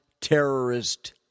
terrorist